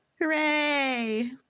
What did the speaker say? hooray